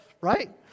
right